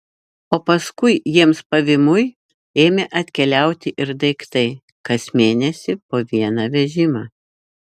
o paskui jiems pavymui ėmė atkeliauti ir daiktai kas mėnesį po vieną vežimą